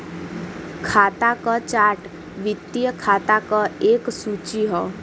खाता क चार्ट वित्तीय खाता क एक सूची हौ